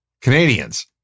Canadians